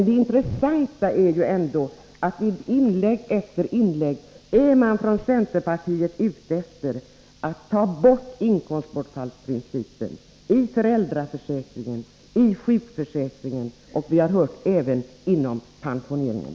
Det intressanta är ändå att man i inlägg efter inlägg från centerpartiet är ute efter att ta bort inkomstbortfallsprincipen i föräldraförsäkringen, i sjukförsäkringen och, som vi har hört, även inom pensioneringen.